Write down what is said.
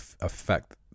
affect